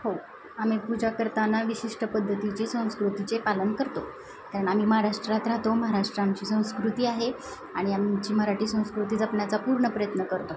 हो आम्ही पूजा करताना विशिष्ट पद्धतीचे संस्कृतीचे पालन करतो कारण आम्ही महाष्ट्रात राहतो महाराष्ट्र आमची संस्कृती आहे आणि आमची मराठी संस्कृती जपण्याचा पूर्ण प्रयत्न करतो